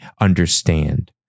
understand